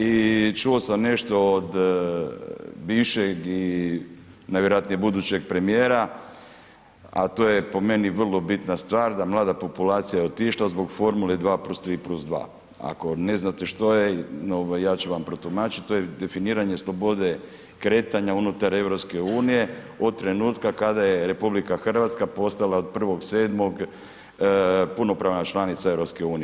I čuo sam nešto od bivšeg i najvjerojatnije budućeg premijera, a to je po meni vrlo bitna stvar, da je mlada populacija otišla zbog formule 2+3+2. Ako ne znate što je, ja ću vam protumačit, to je definiranje slobode kretanja unutar EU od trenutka kada je RH postala od 1.7. punopravna članica EU.